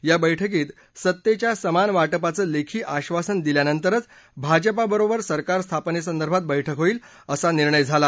या बर्ष्कीत सत्तेच्या समान वाटपाचं लेखी आक्षासन दिल्यानंतरच भाजपा बरोबर सरकार स्थापनेसंदर्भात बद्धक होईल असा निर्णय झाला